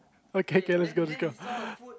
okay K let's go let's go